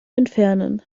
entfernen